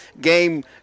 game –